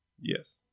Yes